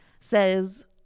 says